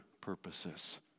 purposes